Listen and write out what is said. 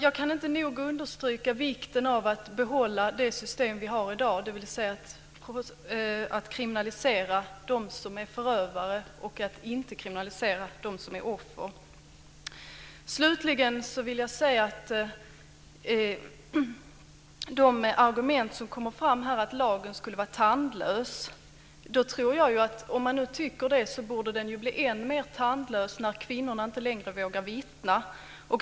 Jag kan inte nog understryka vikten av att behålla det system vi har i dag, där vi kriminaliserar dem som är förövare och inte dem som är offer. Det fördes fram argument om att lagen skulle vara tandlös. Om man tycker det borde man anse att lagen blir än mer tandlös när kvinnorna inte längre vågar vittna.